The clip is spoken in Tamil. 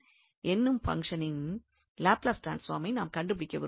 என்னும் பங்ஷனின் லாப்லஸ் ட்ரான்ஸ்பார்மை நாம் கண்டுபிடிக்க விரும்புகிறோம்